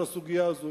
על הסוגיה הזאת.